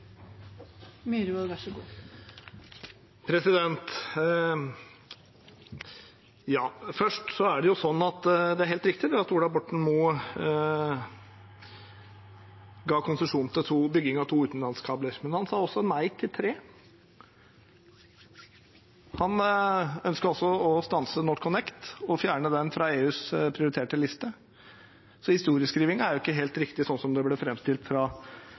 helt riktig at Ola Borten Moe ga konsesjon til bygging av to utenlandskabler, men han sa også nei til tre. Han ønsket også å stanse NorthConnect og fjerne den fra EUs prioriterte liste. Så historieskrivingen er jo ikke helt riktig sånn som det ble